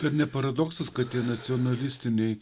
ar ne paradoksas kad tie nacionalistiniai